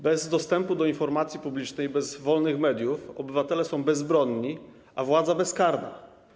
Bez dostępu do informacji publicznej, bez wolnych mediów obywatele są bezbronni, a władza bezkarna.